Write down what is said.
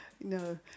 No